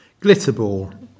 Glitterball